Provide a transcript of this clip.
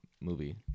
movie